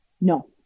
No